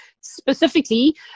Specifically